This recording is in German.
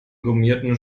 gummierten